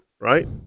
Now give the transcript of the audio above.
Right